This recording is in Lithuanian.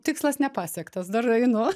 tikslas nepasiektas dar einu